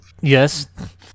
Yes